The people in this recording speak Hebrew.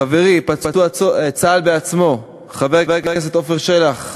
חברי חבר הכנסת עפר שלח,